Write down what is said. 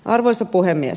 arvoisa puhemies